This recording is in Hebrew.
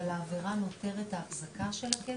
אבל העבירה נותרת ההחזקה של הכסף במזומן?